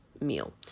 meal